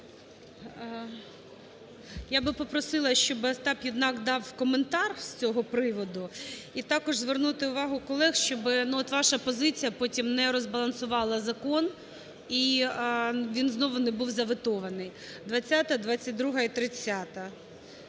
Я би попросила, щоб Остап Єднак дав коментар з цього приводу. І також звернути увагу колег, щоб от ваша позиція потім не розбалансувала закон і він знову не був заветований. 20-а, 22-а і 30-а